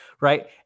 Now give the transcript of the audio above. right